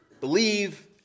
believe